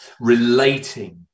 relating